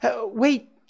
Wait